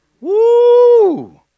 Woo